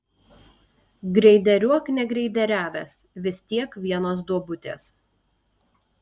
greideriuok negreideriavęs vis tiek vienos duobutės